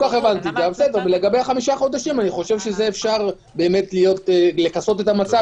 לגבי חמשת החודשים, אפשר לכסות את המצב.